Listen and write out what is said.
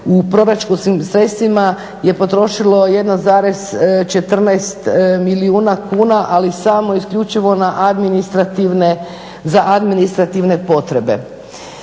u proračunskim sredstvima je potrošilo 1,14 milijuna kuna ali samo isključivo na administrativne potrebe.